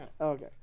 Okay